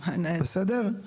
בסדר?